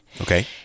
Okay